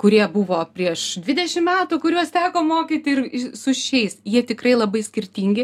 kurie buvo prieš dvidešimt metų kuriuos teko mokyti ir su šiais jie tikrai labai skirtingi